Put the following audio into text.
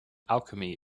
alchemy